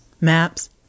maps